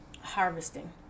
harvesting